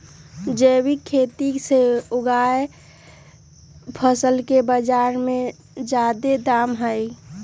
जैविक खेती से उगायल फसल के बाजार में जादे दाम हई